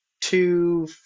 two